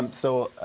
um so,